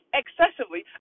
excessively